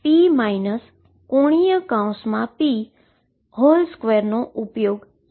અને O માટે p ⟨p⟩2 નો ઉપયોગ કરી શકો છો